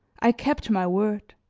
i kept my word,